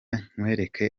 nkwereke